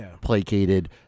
placated